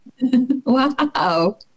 Wow